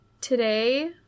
today